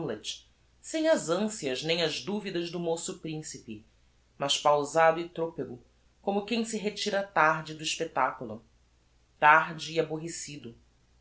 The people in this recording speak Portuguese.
hamlet sem as ancias nem as duvidas do moço principe mas pausado e tropego como quem se retira tarde do expectaculo tarde e aborrecido